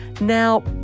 Now